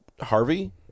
Harvey